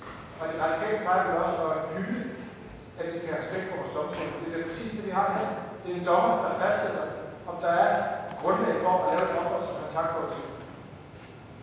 De Radikale plejer også at hylde, at vi skal have respekt for vores domstole. Det er da præcis det, vi har her. Det er en dommer, der fastsætter, om der er grundlag for at lave et opholds- og kontaktforbud. Kl.